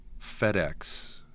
FedEx